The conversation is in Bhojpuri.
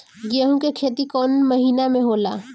गेहूं के खेती कौन महीना में होला?